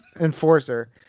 Enforcer